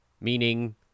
Meaning